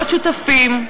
להיות שותפים,